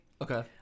Okay